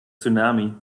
tsunami